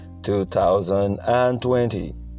2020